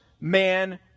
man